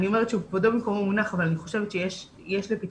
כבודו במקומו מונח אבל אני חושבת שיש לפתחו,